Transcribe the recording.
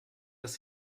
dass